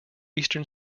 eastern